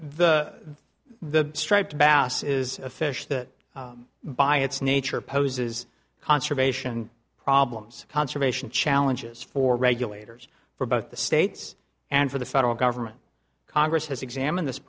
the the striped bass is a fish that by its nature poses conservation problems conservation challenges for regulators for both the states and for the federal government congress has examined this